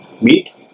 Meat